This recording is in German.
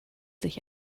sich